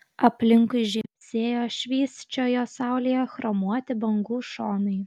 aplinkui žybsėjo švysčiojo saulėje chromuoti bangų šonai